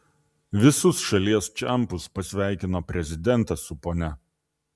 visus šalies čempus pasveikino prezidentas su ponia